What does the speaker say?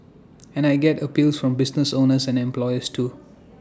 and I get appeals from business owners and employers too